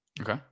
Okay